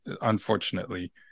Unfortunately